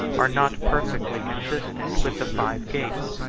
are not perfectly consistent with the five gates,